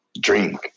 drink